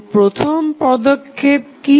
তো প্রথম পদক্ষেপ কি